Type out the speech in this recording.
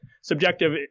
Subjective